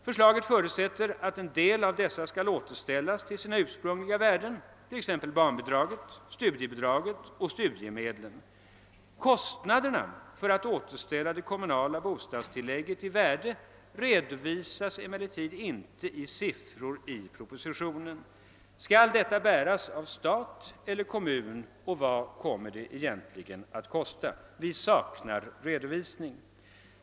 Förslaget förutsätter att en del av dessa skall återställas till sina ursprungliga värden, t.ex. barnbidraget, studiebidraget och studiemedlen. Kostnaderna för att återställa det kommunala bostadstilläggets värde redovisas emellertid inte i siffror i propositionen. Skall detta åtagande bäras av stat eller kommun, och vad kommer det egentligen att kosta? Vi saknar redovisning.